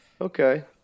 Okay